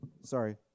sorry